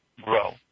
grow